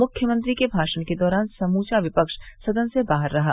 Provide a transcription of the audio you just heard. मुख्यमंत्री के भाषण के दौरान समूचा विपक्ष सदन से बाहर रहा